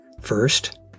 First